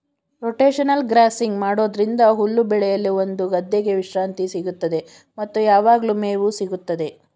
rotational grazing ಮಾಡೋದ್ರಿಂದ ಹುಲ್ಲು ಬೆಳೆಯಲು ಒಂದು ಗದ್ದೆಗೆ ವಿಶ್ರಾಂತಿ ಸಿಗುತ್ತದೆ ಮತ್ತು ಯಾವಗ್ಲು ಮೇವು ಸಿಗುತ್ತದೆ